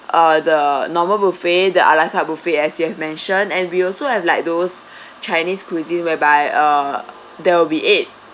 uh the normal buffet the a la carte buffet as you have mentioned and we also have like those chinese cuisine whereby uh there will be eight